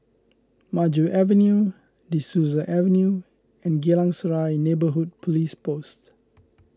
Maju Avenue De Souza Avenue and Geylang Serai Neighbourhood Police Post